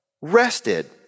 rested